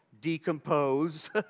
decompose